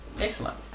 Excellent